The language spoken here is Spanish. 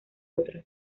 otro